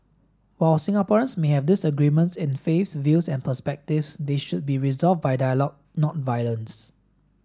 while Singaporeans may have disagreements in faiths views and perspectives they should be resolved by dialogue not violence